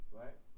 right